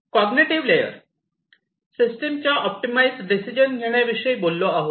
cognitive layer सिस्टमच्या optimised decision घेण्याविषयी बोलतो